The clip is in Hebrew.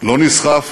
לא נסחף